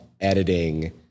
editing